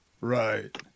right